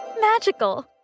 magical